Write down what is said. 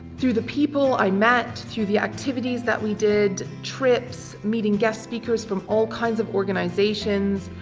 through the people i met, through the activities that we did, trips, meeting guest speakers from all kinds of organisations.